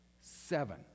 Seven